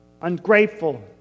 Ungrateful